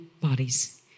bodies